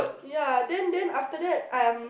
ya then then after that um